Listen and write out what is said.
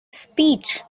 speech